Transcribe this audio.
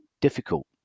difficult